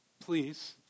please